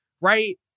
Right